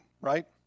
right